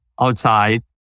outside